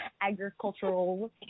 agricultural